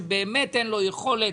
שבאמת אין לו יכולת,